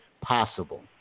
possible